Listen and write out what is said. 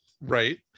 Right